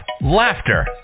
laughter